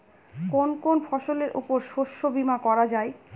কোন কোন ফসলের উপর শস্য বীমা করা যায়?